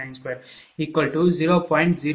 u